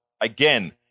again